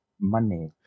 Money